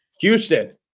Houston